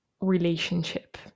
relationship